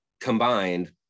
combined